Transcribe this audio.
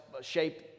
shape